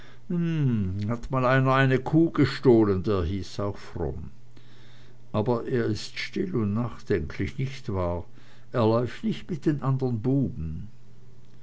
hat mal einer eine kuh gestohlen der hieß auch fromm aber er ist still und nachdenklich nicht wahr er läuft nicht mit den andern buben